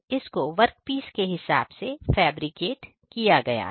इसको वर्कपीस के हिसाब से फैब्रिकेट किया गया है